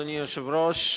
אדוני היושב-ראש,